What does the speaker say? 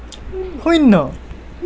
শূন্য